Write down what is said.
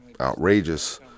outrageous